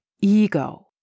ego